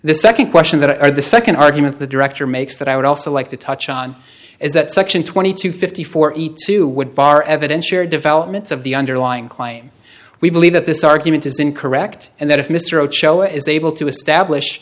the second question that are the second argument the director makes that i would also like to touch on is that section twenty two fifty four two would bar evidence your developments of the underlying claim we believe that this argument is incorrect and that if mr roach show is able to establish